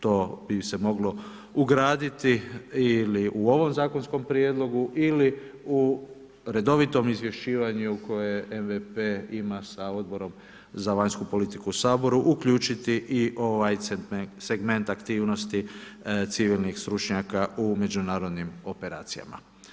To bi se moglo ugraditi ili u ovom zakonskom prijedlogu ili u redovitom izvješćivanju koje MVPE ima sa Odborom za vanjsku politiku u Saboru uključiti i ovaj segment aktivnosti civilnih stručnjaka u međunarodnim operacijama.